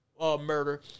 murder